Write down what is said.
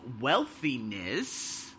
wealthiness